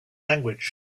language